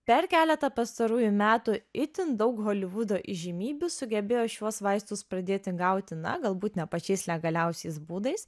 per keletą pastarųjų metų itin daug holivudo įžymybių sugebėjo šiuos vaistus pradėti gauti na galbūt ne pačiais legaliausiais būdais